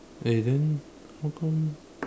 eh then how come